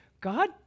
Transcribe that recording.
God